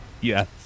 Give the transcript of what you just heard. Yes